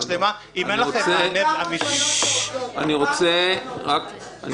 שלמה אם אין לכם --- אני רוצה לברך